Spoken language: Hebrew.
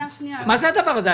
מה זה הדבר הזה?